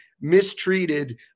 mistreated